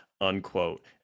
Unquote